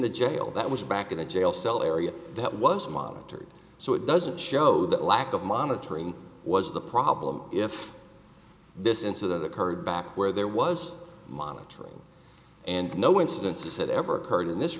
the jail that was back in the jail cell area that was monitored so it doesn't show that lack of monitoring was the problem if this incident occurred back where there was monitoring and no incidences that ever occurred in this